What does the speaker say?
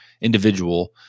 individual